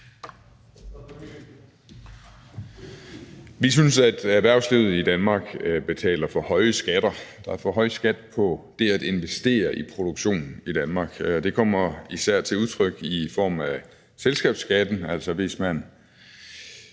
Vi synes, at erhvervslivet i Danmark betaler for høje skatter – der er for høj skat på det at investere i produktion i Danmark, og det kommer især til udtryk i form af selskabsskatten; altså hvis man